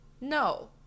No